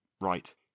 Right